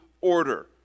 order